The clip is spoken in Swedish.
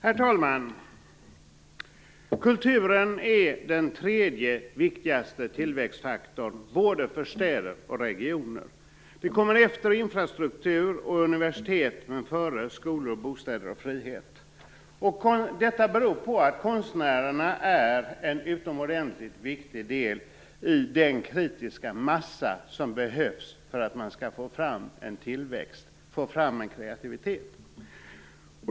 Fru talman! Kulturen är den tredje viktigaste tillväxtfaktorn både för städer och regioner. Den kommer efter infrastruktur och universitet men före skolor, bostäder och frihet. Detta beror på att konstnärerna är en utomordentligt viktig del i den kritiska massa som behövs för att man skall få fram en tillväxt och en kreativitet.